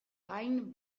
gain